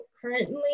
currently